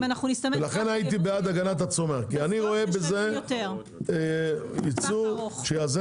לכן הייתי בעד הגנת הצומח כי אני רואה בזה ייצור שיאזן